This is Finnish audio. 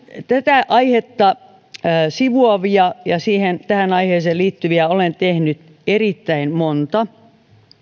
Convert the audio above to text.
tätä aihetta sivuavia ja tähän aiheeseen liittyviä olen tehnyt erittäin monta